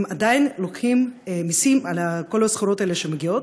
הם עדיין לוקחים מסים על כל הסחורות האלה שמגיעות,